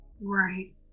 right